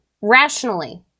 rationally